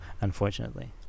unfortunately